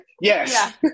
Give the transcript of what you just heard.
Yes